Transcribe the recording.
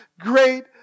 great